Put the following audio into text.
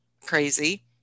crazy